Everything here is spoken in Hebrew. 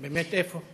באמת איפה?